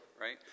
right